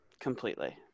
completely